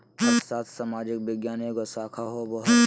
अर्थशास्त्र सामाजिक विज्ञान के एगो शाखा होबो हइ